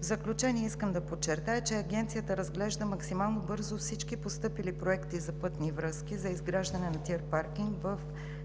В заключение, искам да подчертая, че Агенцията разглежда максимално бързо всички постъпили проекти за пътни връзки за изграждане на ТИР паркинг в